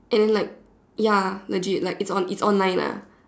and then like ya legit like it's on it's online lah